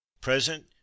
Present